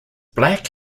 black